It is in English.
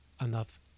enough